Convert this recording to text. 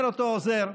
אומר אותו עוזר: